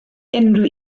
unrhyw